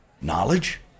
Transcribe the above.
knowledge